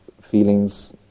feelings